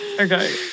Okay